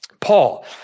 Paul